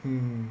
mm